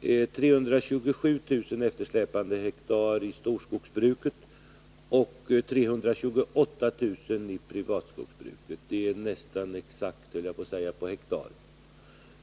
finns 327 000 eftersläpande hektar i storskogsbruket och 328 000 i privatskogsbruket — siffrorna stämmer nästan exakt på hektaret.